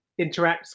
interacts